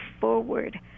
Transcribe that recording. forward